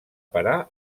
parar